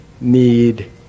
need